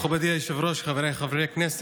מכובדי היושב-ראש, חבריי חברי הכנסת,